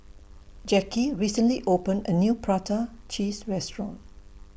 Jacky recently opened A New Prata Cheese Restaurant